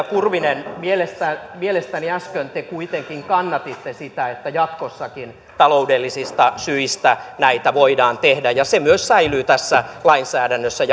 kurvinen mielestäni mielestäni äsken te kuitenkin kannatitte sitä että jatkossakin taloudellisista syistä näitä voidaan tehdä ja se myös säilyy tässä lainsäädännössä